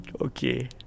okay